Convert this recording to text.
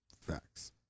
Facts